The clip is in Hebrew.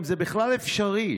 אם זה בכלל אפשרי.